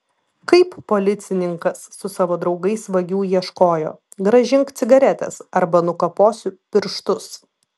kaip policininkas su savo draugais vagių ieškojo grąžink cigaretes arba nukaposiu pirštus